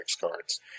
cards